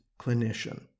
clinician